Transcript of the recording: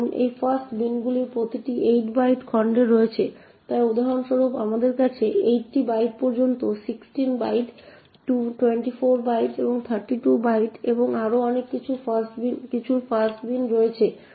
এখন এই ফাস্ট বিনগুলির প্রতিটি 8 বাইট খণ্ডে রয়েছে তাই উদাহরণস্বরূপ আমাদের কাছে 80 বাইট পর্যন্ত 16 বাইট 24 বাইট 32 বাইট এবং আরও অনেক কিছুর ফাস্ট বিন রয়েছে